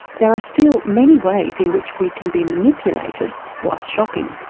there are still many ways in which we can be manipulated whilst shopping.